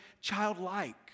childlike